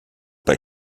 bei